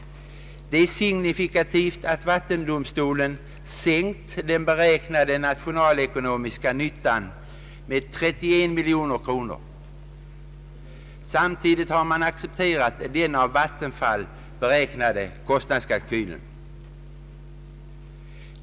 Det är signifikativt att vattendomstolen sänkt den beräknade nationalekonomiska nyttan med 31 miljoner kronor. Samtidigt har man accepterat Vattenfalls kostnadskalkyl.